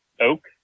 oak